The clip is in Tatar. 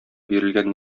бирелгән